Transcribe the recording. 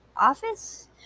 Office